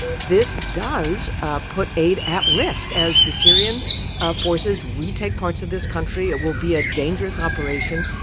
this does ah put aid at risk. as the syrian forces retake parts of this country, it will be a dangerous operation.